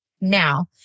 Now